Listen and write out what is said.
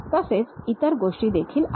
तसेच इतर गोष्टी देखील आहेत